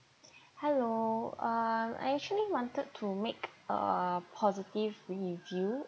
hello uh I actually wanted to make a positive review